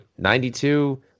92